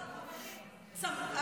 חברי,